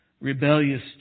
rebellious